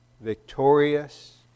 victorious